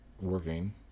working